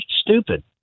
stupid